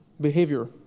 behavior